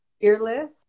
fearless